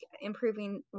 improving